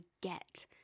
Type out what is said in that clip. get